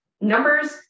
numbers